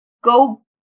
go